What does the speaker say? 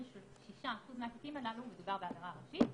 ב-26% מהתיקים הללו מדובר בעבירה הראשית.